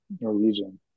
Norwegian